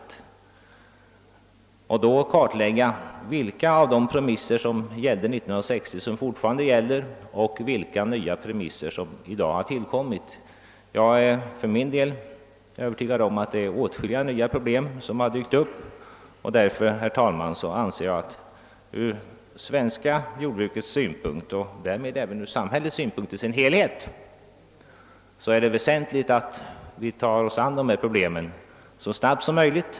Därvid bör kartläggas vilka premisser som fortfarande gäller av dem som gällde 1960 och vilka nya premisser som nu har tillkommit. Jag är för min del övertygad om att åtskilliga nya problem har dykt upp. Därför, herr talman, anser jag att det från det svenska jordbrukets synpunkt och därmed även från hela samhällets synpunkt är väsentligt att vi tar oss an dessa problem så snabbt som möjligt.